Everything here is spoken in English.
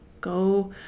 go